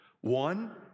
One